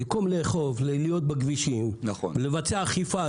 במקום לאכוף להיות בכבישים ולבצע אכיפה,